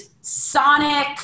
sonic